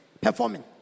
performing